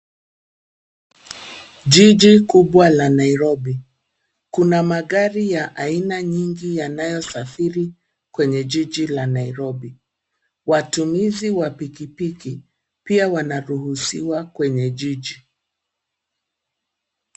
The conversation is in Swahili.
Jiji kubwa la Nairobi, kuna magari ya aina nyingi yanayo safiri kwenye jiji la Nairobi. Watumizi wa pikipiki pia wanaruhusiwa kwenye jiji.